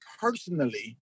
personally